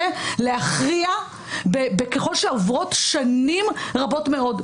להכריע ככל שעוברות שנים רבות מאוד.